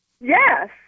Yes